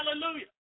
Hallelujah